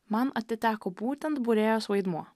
man atiteko būtent būrėjos vaidmuo